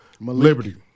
Liberty